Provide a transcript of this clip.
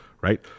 right